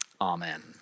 amen